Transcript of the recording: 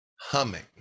humming